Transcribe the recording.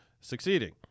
succeeding